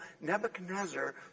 Nebuchadnezzar